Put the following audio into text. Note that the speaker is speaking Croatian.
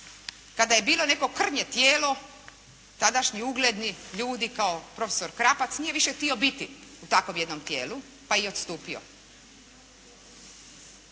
kada je bilo neko krnje tijelo tadašnji ugledni ljudi kao profesor Krapac nije više htio biti u takvom jednom tijelu pa je odstupio.